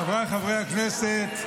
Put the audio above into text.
חבריי חברי הכנסת,